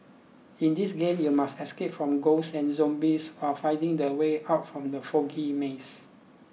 in this game you must escape from ghosts and zombies or finding the way out from the foggy maze